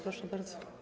Proszę bardzo.